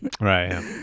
Right